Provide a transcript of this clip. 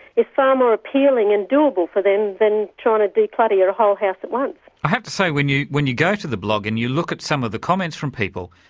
is far more appealing and do-able for them than trying to declutter your whole house at once. i have to say when you when you go to the blog and you look at some of the comments from people,